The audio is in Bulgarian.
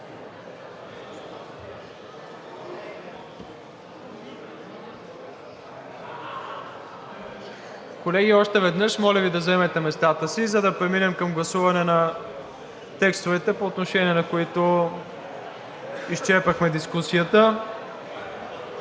Колеги, моля Ви да заемете местата си, за да преминем към гласуване на текстовете, по отношение на които изчерпахме дискусията.